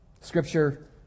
Scripture